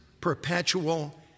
Perpetual